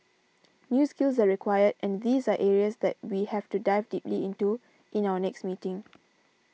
new skills are required and these are areas that we have to dive deeply into in our next meeting